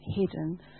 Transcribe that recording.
hidden